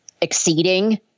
exceeding